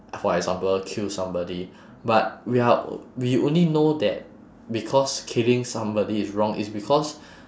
for example kill somebody but we are we only know that because killing somebody is wrong is because